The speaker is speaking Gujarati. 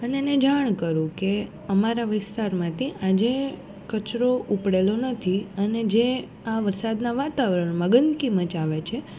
અને એને જાણ કરું કે અમારા વિસ્તારમાંથી આજે કચરો ઉપડેલો નથી અને જે આ વરસાદનાં વાતાવરણમાં ગંદકી મચાવે છે